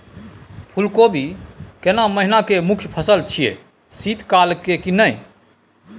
फुल कोबी केना महिना के मुखय फसल छियै शीत काल के ही न?